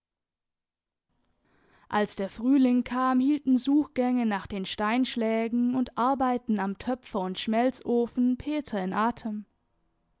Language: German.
als der frühling kam hielten suchgänge nach den steinschlägen und arbeiten am töpfer und schmelzofen peter in atem